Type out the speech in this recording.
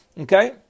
Okay